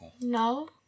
No